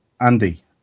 Andy